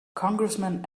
congressman